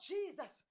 Jesus